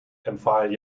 empfahl